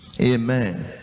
amen